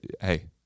Hey